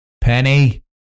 Penny